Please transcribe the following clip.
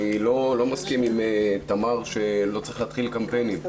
אני לא מסכים עם תמר שלא צריך להתחיל קמפיינים.